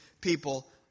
people